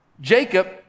Jacob